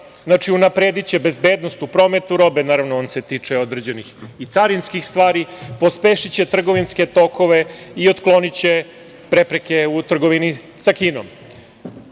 Znači, unaprediće bezbednost u prometu robe, naravno on se tiče određenih i carinskih stvari, pospešiće trgovinske tokove i otkloniće prepreke u trgovini sa Kinom.